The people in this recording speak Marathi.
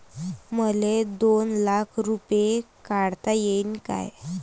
मले दोन लाख रूपे काढता येईन काय?